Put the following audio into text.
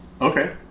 Okay